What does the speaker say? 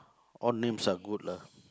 odd names are good lah